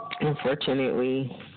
unfortunately